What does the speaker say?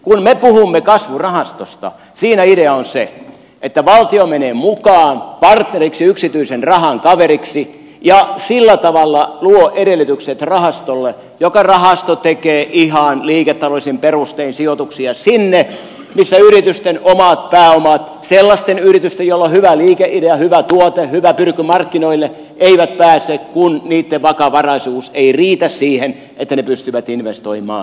kun me puhumme kasvurahastosta siinä idea on se että valtio menee mukaan partneriksi yksityisen rahan kaveriksi ja sillä tavalla luo edellytykset rahastolle joka rahasto tekee ihan liiketaloudellisin perustein sijoituksia sinne missä yritysten omat pääomat sellaisten yritysten joilla on hyvä liikeidea hyvä tuote hyvä pyrky markkinoille eivät pääse kun niitten vakavaraisuus ei riitä siihen että ne pystyvät investoimaan